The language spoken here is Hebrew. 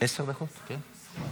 עשר דקות, כן.